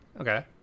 Okay